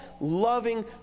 loving